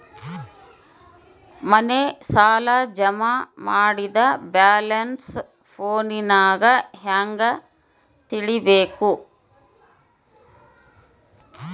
ಮನೆ ಸಾಲ ಜಮಾ ಮಾಡಿದ ಬ್ಯಾಲೆನ್ಸ್ ಫೋನಿನಾಗ ಹೆಂಗ ತಿಳೇಬೇಕು?